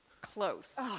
Close